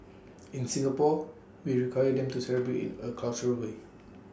in Singapore we require them to celebrate in A cultural way